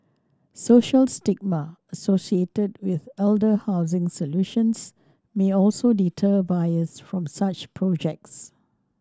social stigma associated with elder housing solutions may also deter buyers from such projects